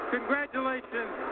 Congratulations